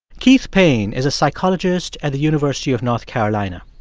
keith payne is a psychologist at the university of north carolina.